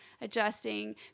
adjusting